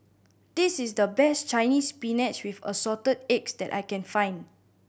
this is the best Chinese Spinach with Assorted Eggs that I can find